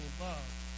love